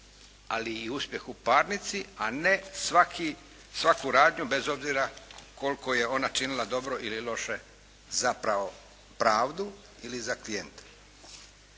ali i uspjeh u parnici, a ne svaku radnju bez obzira koliko je ona činila dobro ili loše za pravdu ili za klijenta.